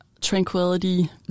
tranquility